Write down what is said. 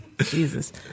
Jesus